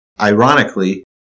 ironically